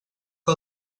que